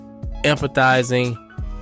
empathizing